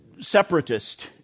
separatist